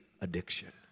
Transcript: addiction